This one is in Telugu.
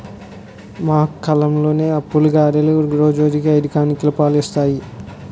మా కల్లంలోని ఆవులు, గేదెలు రోజుకి ఐదు క్యానులు పాలు ఇస్తాయి